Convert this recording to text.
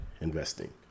investing